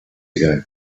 ago